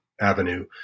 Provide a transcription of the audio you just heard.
Avenue